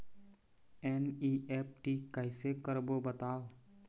NEFT कैसे करबो बताव?